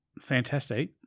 fantastic